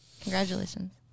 Congratulations